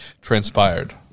transpired